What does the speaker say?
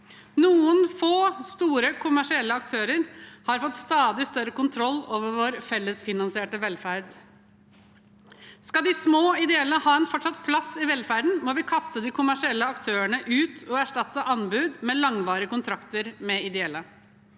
Noen få store kommersielle aktører har fått stadig større kontroll over vår fellesfinansierte velferd. Skal de små, ideelle fortsatt ha en plass i velferden, må vi kaste de kommersielle aktørene ut og erstatte anbud med langvarige kontrakter med ideelle.